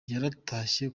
yaratashye